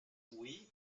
oui